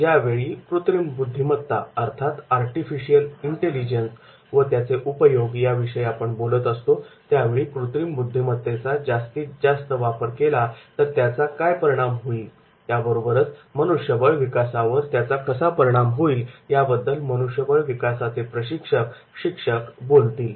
ज्यावेळी आपण कृत्रिम बुद्धिमत्ता व त्याचे उपयोग याविषयी बोलत असतो त्यावेळी कृत्रिम बुद्धिमत्तेचा जास्तीत जास्त वापर केला तर त्याचा काय परिणाम होईल त्याबरोबरच मनुष्यबळ विकासावर त्याचा कसा परिणाम होईल याबद्दल मनुष्यबळ विकासाचे प्रशिक्षक शिक्षक बोलतील